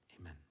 Amen